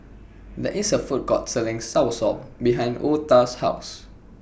There IS A Food Court Selling Soursop behind Otha's House